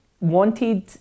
wanted